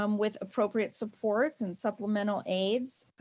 um with appropriate supports and supplemental aids